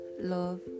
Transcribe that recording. love